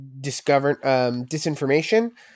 disinformation